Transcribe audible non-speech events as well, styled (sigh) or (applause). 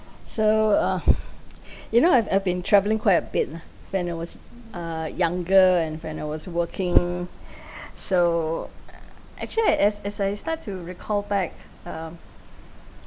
so uh you know I've I've been travelling quite a bit lah when I was uh younger and when I was working so (noise) actually as as I start to recall back uh